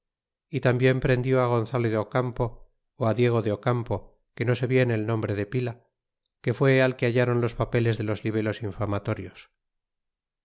y tambien prendi gonzalo de ocampo ó diego de ocampo que no sé bien el nombre de pila que fue al que hallron los papeles de los libelos